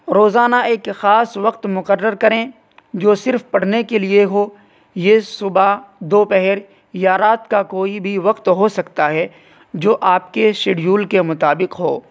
روزانہ ایک خاص وقت مقرر کریں جو صرف پڑھنے کے لیے ہو یہ صبح دوپہر یا رات کا کوئی بھی وقت ہو سکتا ہے جو آپ کے شیڈیول کے مطابق ہو